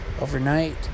overnight